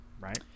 Right